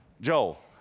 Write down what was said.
Joel